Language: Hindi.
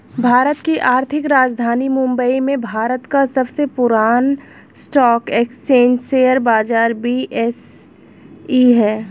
भारत की आर्थिक राजधानी मुंबई में भारत का सबसे पुरान स्टॉक एक्सचेंज शेयर बाजार बी.एस.ई हैं